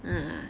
ah